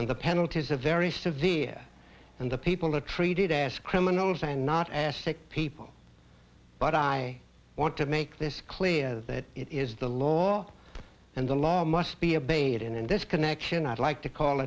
and the penalty is a very severe and the people are treated as criminals and not as sick people but i want to make this clear that it is the law and the law must be abated and in this connection i'd like to call